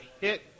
hit